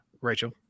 Rachel